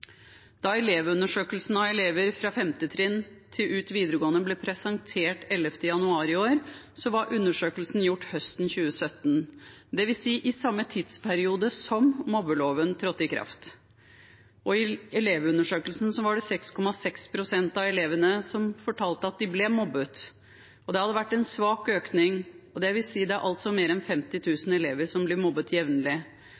Elevundersøkelsen av elever fra 5. trinn til ut videregående som ble presentert den 11. januar i år, var gjort høsten 2017, dvs. i samme tidsperiode som mobbeloven trådte i kraft. I elevundersøkelsen fortalte 6,6 pst. av elevene at de ble mobbet, og den viste at det hadde vært en svak økning. Det vil si at det er mer enn 50